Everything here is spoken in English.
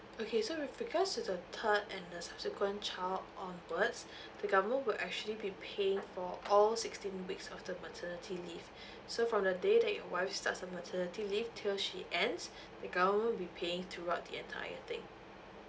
okay so with regards to the third and the subsequent child onwards the government will actually be paying for all sixteen weeks of the maternity leave so from the day that your wife starts the maternity leave till she ends the government will be paying throughout the entire thing